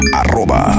arroba